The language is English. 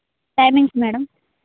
timings madam